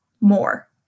more